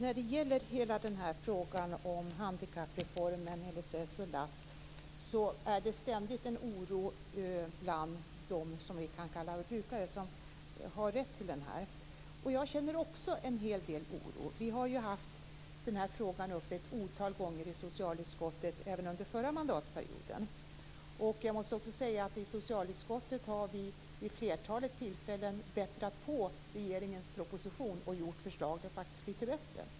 Fru talman! Det gäller frågan om handikappreformen, LSS och LASS. Det är ständig oro bland dem som vi kan kalla brukare. Jag känner också en hel del oro. Vi har haft frågan uppe ett otal gånger i socialutskottet även under förra mandatperioden. I socialutskottet har vi vid flertalet tillfällen bättrat på regeringens proposition och gjort förslagen lite bättre.